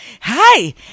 hi